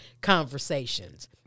conversations